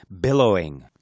billowing